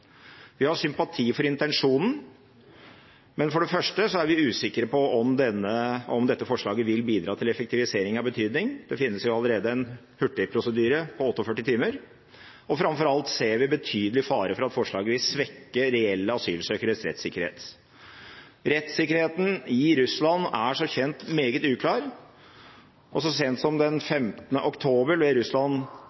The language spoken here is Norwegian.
Vi har sympati for intensjonen, men for det første er vi usikre på om dette forslaget vil bidra til effektivisering av betydning – det finnes allerede en hurtigprosedyre på 48 timer – og framfor alt ser vi en betydelig fare for at forslaget vil svekke reelle asylsøkeres rettssikkerhet. Rettssikkerheten i Russland er som kjent meget uklar, og så sent som den 15. oktober ble Russland